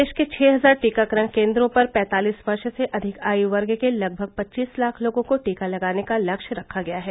प्रदेश के छ हजार टीकाकरण केन्द्रों पर पैतालीस वर्ष से अधिक आयु वर्ग के लगभग पच्चीस लाख लोगों को टीका लगाने का लक्ष्य रखा गया है